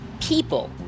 People